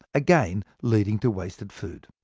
again leading to wasted food.